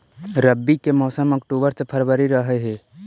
रब्बी के मौसम अक्टूबर से फ़रवरी रह हे